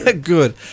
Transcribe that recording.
Good